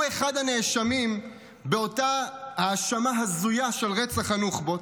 הוא אחד הנאשמים באותה האשמה הזויה של רצח הנוח'בות.